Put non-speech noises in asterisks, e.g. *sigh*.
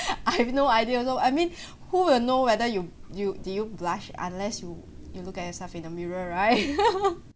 I have no idea also I mean *breath* who will know whether you you did you blush unless you you look at yourself in the mirror right *laughs*